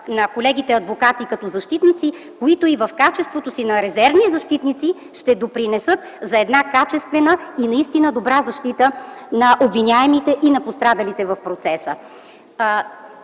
на колегите адвокати като защитници, които и в качеството си на резервни защитници, ще допринесат за качествена и наистина добра защита на обвиняемите и на пострадалите в процеса.